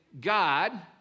God